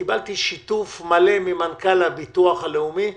קיבלתי שיתוף מלא ממנכ"ל הביטוח הלאומי,